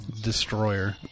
destroyer